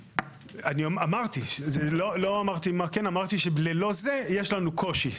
אמרתי שללא זה, יש לנו קושי.